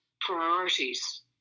priorities